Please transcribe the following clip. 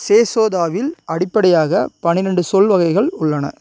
செசோதோவில் அடிப்படையாகப் பன்னிரண்டு சொல் வகைகள் உள்ளன